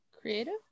creative